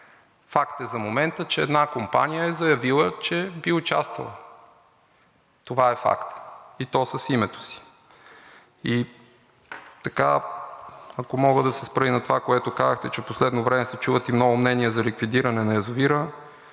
Факт е за момента, че една компания е заявила, че би участвала, и то с името си. Ако мога да се спра и на това, което казахте, че в последно време се чуват и много мнения за ликвидиране на язовира,